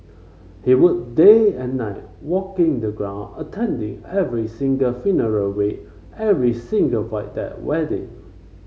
he work day and night walking the ground attending every single funeral wake every single Void Deck wedding